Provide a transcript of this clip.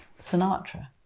sinatra